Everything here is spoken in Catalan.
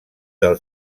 del